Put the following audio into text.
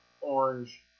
orange